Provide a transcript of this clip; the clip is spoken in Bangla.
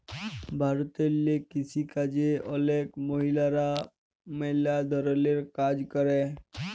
ভারতেল্লে কিসিকাজে অলেক মহিলারা ম্যালা ধরলের কাজ ক্যরে